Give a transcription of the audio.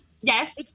Yes